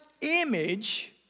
image